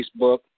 Facebook